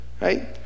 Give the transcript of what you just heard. Right